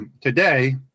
today